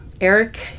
Eric